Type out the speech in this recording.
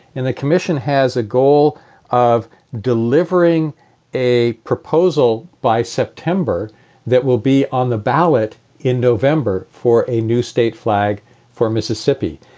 and the commission has a goal of delivering a proposal by september that will be on the ballot in november for a new state flag for mississippi.